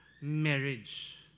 marriage